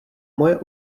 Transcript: moje